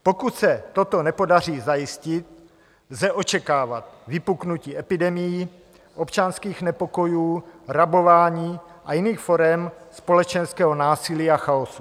Pokud se toto nepodaří zajistit, lze očekávat vypuknutí epidemií, občanských nepokojů, rabování a jiných forem společenského násilí a chaosu.